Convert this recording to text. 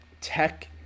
tech